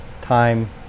time